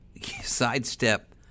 sidestep